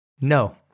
No